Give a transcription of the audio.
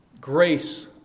grace